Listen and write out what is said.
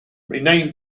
renamed